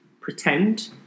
pretend